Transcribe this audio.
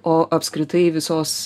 o apskritai visos